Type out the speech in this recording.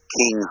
King